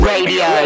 Radio